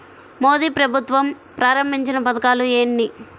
మోదీ ప్రభుత్వం ప్రారంభించిన పథకాలు ఎన్ని?